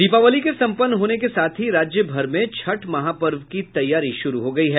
दीपावली के सम्पन्न होने के साथ ही राज्य भर में छठ महापर्व की तैयारी शुरू हो गयी है